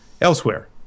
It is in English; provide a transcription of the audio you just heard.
elsewhere